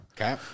Okay